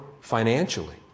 financially